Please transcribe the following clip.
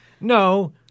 No